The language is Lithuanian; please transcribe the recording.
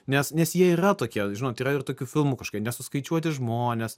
nes nes jie yra tokie žinot yra ir tokių filmų kažkaip nesuskaičiuoti žmonės